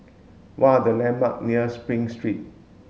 what are the landmark near Spring Street